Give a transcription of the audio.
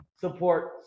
support